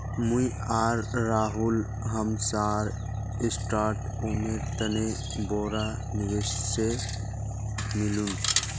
मुई आर राहुल हमसार स्टार्टअपेर तने बोरो निवेशक से मिलुम